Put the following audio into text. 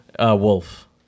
Wolf